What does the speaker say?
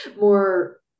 more